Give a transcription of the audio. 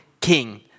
King